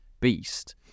beast